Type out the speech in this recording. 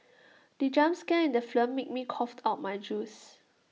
the jump scare in the film made me cough out my juice